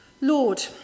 Lord